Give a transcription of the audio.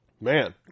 Man